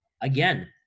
again